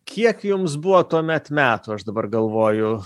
kiek jums buvo tuomet metų aš dabar galvoju